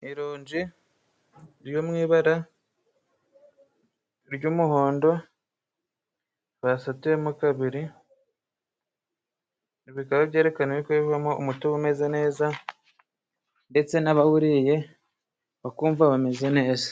Ironji ryo mu ibara ry'umuhondo basatuyemo kabiri, ibi bikaba berekanako rivamo umutobe umeze neza, ndetse n'abawuriye bakumva bameze.